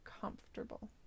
comfortable